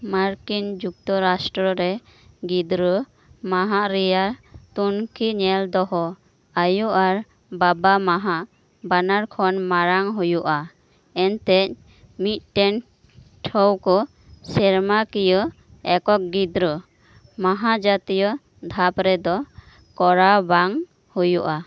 ᱢᱟᱨᱠᱤᱱ ᱡᱩᱠᱛᱚᱨᱟᱥᱴᱨᱚ ᱨᱮ ᱜᱤᱫᱽᱨᱟᱹ ᱢᱟᱦᱟ ᱨᱮᱭᱟᱜ ᱛᱩᱱᱠᱷᱤ ᱧᱮᱞ ᱫᱚᱦᱚ ᱟᱭᱳ ᱟᱨ ᱵᱟᱵᱟ ᱢᱟᱦᱟ ᱵᱟᱱᱟᱨ ᱠᱷᱚᱱ ᱢᱟᱨᱟᱝ ᱦᱩᱭᱩᱜᱼᱟ ᱮᱱᱛᱮᱫ ᱢᱤᱫᱴᱮᱱ ᱴᱷᱟᱹᱣᱠᱟᱹ ᱥᱮᱨᱢᱟ ᱠᱤᱭᱟᱹ ᱮᱠᱚᱠ ᱜᱤᱫᱽᱨᱟᱹ ᱢᱟᱦᱟ ᱡᱟᱛᱤᱭᱚ ᱫᱷᱟᱯ ᱨᱮᱫᱚ ᱠᱚᱨᱟᱣ ᱵᱟᱝ ᱦᱩᱭᱩᱜᱼᱟ